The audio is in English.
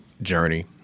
journey